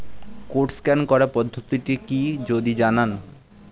Code scan করার পদ্ধতিটি কি যদি জানান?